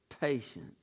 patience